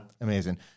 Amazing